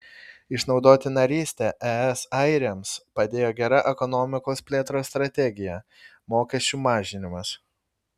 išnaudoti narystę es airiams padėjo gera ekonomikos plėtros strategija mokesčių mažinimas